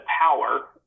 power